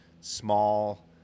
small